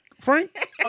Frank